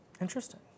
Interesting